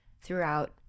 throughout